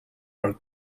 our